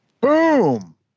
Boom